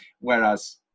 whereas